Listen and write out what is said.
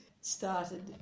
started